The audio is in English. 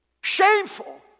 Shameful